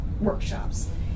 workshops